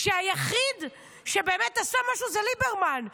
שהיחיד שבאמת עשה משהו זה ליברמן.